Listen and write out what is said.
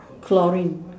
chlorine